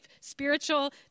spiritual